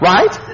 Right